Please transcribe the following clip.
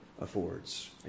Affords